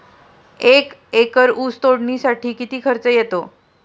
एक एकर ऊस तोडणीसाठी किती खर्च येतो?